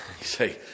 say